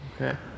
Okay